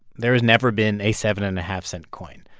there has never been a seven and a half cent coin.